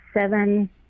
seven